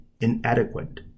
inadequate